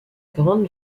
grande